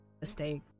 mistake